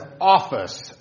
office